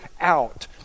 out